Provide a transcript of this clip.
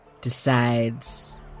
decides